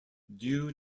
due